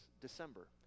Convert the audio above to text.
December